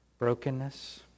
brokenness